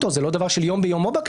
לעמורה דמינו.